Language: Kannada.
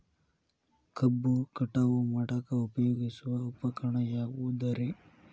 ಕಬ್ಬು ಕಟಾವು ಮಾಡಾಕ ಉಪಯೋಗಿಸುವ ಉಪಕರಣ ಯಾವುದರೇ?